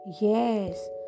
Yes